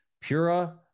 Pura